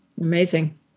Amazing